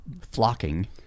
flocking